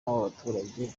abaturage